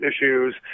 issues